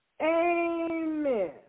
Amen